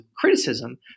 Criticism